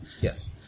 Yes